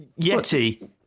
Yeti